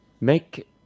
make